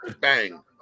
Bang